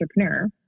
entrepreneur